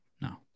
no